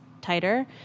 tighter